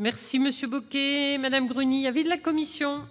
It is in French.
Merci, Monsieur, Madame Bruni-avait de la commission.